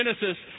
Genesis